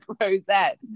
rosette